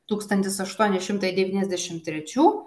tūkstantis aštuoni šimtai devyniasdešimt trečių